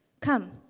Come